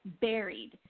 buried